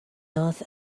north